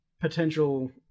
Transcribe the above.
potential